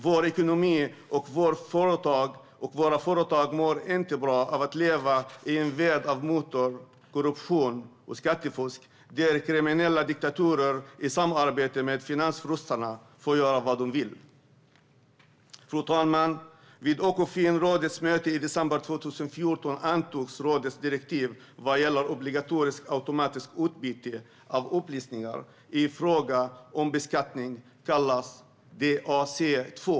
Vår ekonomi och våra företag mår inte bra av att leva i en värld av mutor, korruption och skattefusk, där kriminella och diktatorer i samarbete med finansfurstarna får göra vad de vill. Fru talman! Vid Ekofinrådets möte i december 2014 antogs rådets direktiv vad gäller obligatoriskt automatiskt utbyte av upplysningar i fråga om beskattning, kallat DAC 2.